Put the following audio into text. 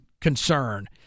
concern